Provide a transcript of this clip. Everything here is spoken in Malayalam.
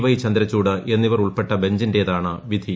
വൈ ചന്ദ്രചൂഡ് എന്നിവർ ഉൾപ്പെട്ട ബെഞ്ചിന്റേതാണ് വിധി